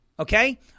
Okay